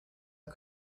and